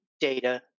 data